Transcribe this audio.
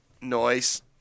Noise